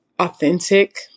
authentic